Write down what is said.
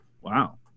Wow